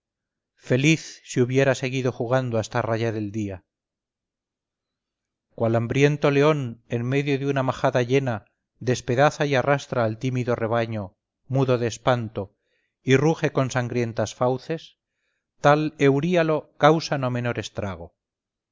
feliz si hubiera seguido jugando hasta rayar el día cual hambriento león en medio de una majada llena despedaza y arrastra al tímido rebaño mudo de espanto y ruge con sangrientas fauces tal euríalo causa no menor estrago